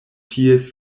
ties